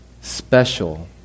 special